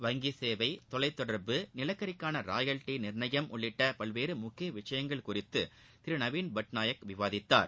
வங்கி சேவை தொலைதொடர்பு நிலக்கரிக்கான ராயல்டி நிர்ணயம் உள்ளிட்ட பல்வேறு முக்கிய விஷயங்கள் குறித்து திரு நவீன் பட்நாயக் விவாதித்ததர்